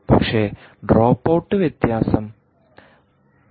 പക്ഷേ drop out വ്യത്യാസം 0